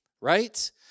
right